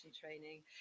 training